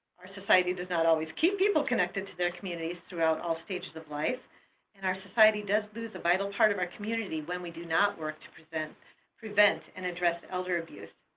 our society does not always keep people connected to their communities throughout all stages of life and our society does lose a vital part of our community when we do not work to prevent prevent and address elder abuse.